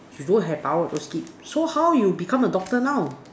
you don't have power as those kid so how you become a doctor now